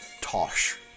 tosh